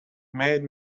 made